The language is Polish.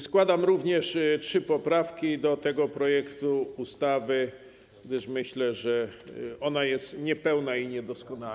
Składam również trzy poprawki do tego projektu ustawy, gdyż myślę, że ona jest niepełna i niedoskonała.